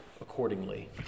accordingly